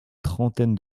trentaine